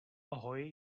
ahoj